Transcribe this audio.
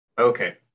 Okay